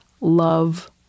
love